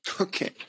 okay